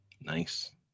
Nice